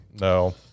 no